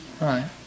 Right